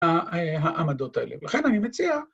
‫העמדות האלה. ‫לכן אני מציע...